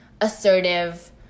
assertive